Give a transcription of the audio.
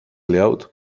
layout